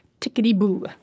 tickety-boo